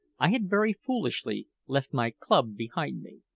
i had very foolishly left my club behind me.